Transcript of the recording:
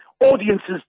audiences